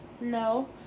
no